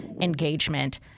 engagement